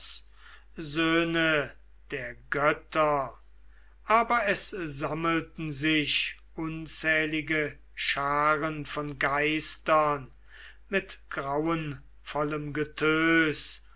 der götter aber es sammelten sich unzählige scharen von geistern mit graunvollem getös